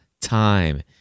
time